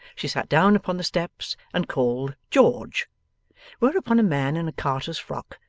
she sat down upon the steps and called george whereupon a man in a carter's frock,